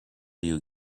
you